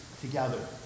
together